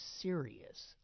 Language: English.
serious